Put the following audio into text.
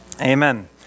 Amen